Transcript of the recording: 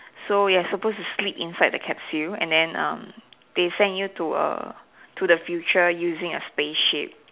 so you're supposed to sleep inside the capsule and then um they send you to err to the future using the space ship